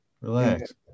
relax